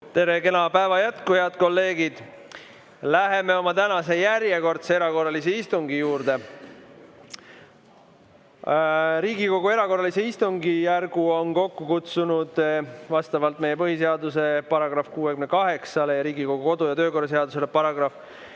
Tere, kena päeva jätku, head kolleegid! Läheme oma tänase järjekordse erakorralise istungi juurde. Riigikogu erakorralise istungjärgu on kokku kutsunud vastavalt meie põhiseaduse §-le 68 ja Riigikogu kodu- ja töökorra seaduse §